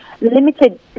limited